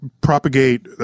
propagate